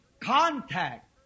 contact